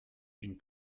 une